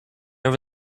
over